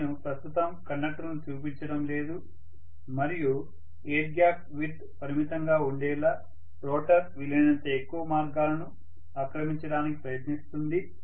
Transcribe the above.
నేను ప్రస్తుతం కండక్టర్లను చూపించడం లేదు మరియు ఎయిర్ గ్యాప్ విడ్త్ పరిమితంగా ఉండేలా రోటర్ వీలైనంత ఎక్కువ మార్గాలను ఆక్రమించటానికి ప్రయత్నిస్తుంది